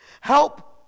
Help